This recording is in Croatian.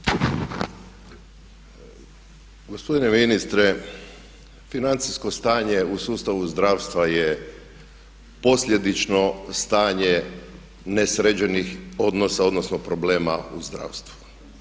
Gospodine ministre, financijsko stanje u sustavu zdravstva je posljedično stanje ne sređenih odnosa, odnosno problema u zdravstvu.